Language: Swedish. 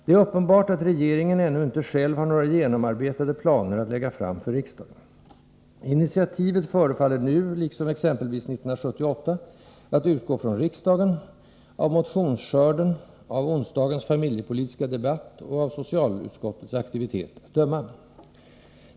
Det är uppenbart att regeringen ännu inte själv har några genomarbetade planer att lägga fram för riksdagen. Initiativet förefaller nu, liksom exempelvis 1978, att utgå från riksdagen — av motionsskörden, onsdagens familjepolitiska debatt och socialutskottets aktivitet att döma.